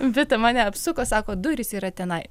vita mane apsuko sako durys yra tenai